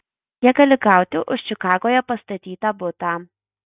kiek gali gauti už čikagoje pastatytą butą